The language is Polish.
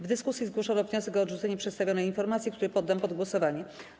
W dyskusji zgłoszono wniosek o odrzucenie przedstawionej informacji, który poddam pod głosowanie.